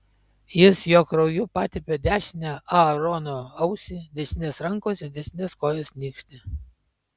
jis jo krauju patepė dešinę aarono ausį dešinės rankos ir dešinės kojos nykštį